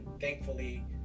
thankfully